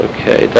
Okay